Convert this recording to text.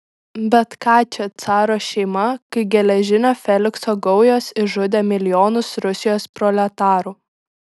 bet ką čia caro šeima kai geležinio felikso gaujos išžudė milijonus rusijos proletarų